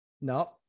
no